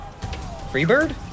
Freebird